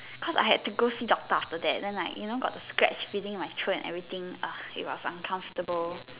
cause I had to go see doctor after that then like you know got the scratch feeling in my throat and everything ugh it was uncomfortable